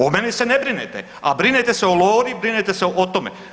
O meni se ne brinete, a brinete se o Lori, brinete se o tome.